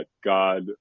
God